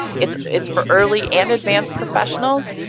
it's it's for early and advanced professionals,